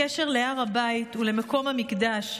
הקשר להר הבית ולמקום המקדש,